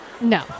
No